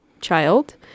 child